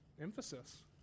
Emphasis